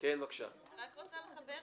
לא הבנו